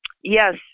Yes